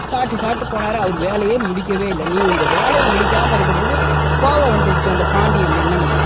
சாப்பிட்டு சாப்பிட்டு போனார் அவர் வேலையே முடிக்கவே இல்லை நீ இந்த வேலையை முடிக்காமல் இருக்கிறதுக்கு கோபம் வந்துடுச்சு அந்தப் பாண்டிய மன்னனுக்கு